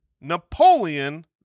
napoleon